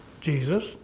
Jesus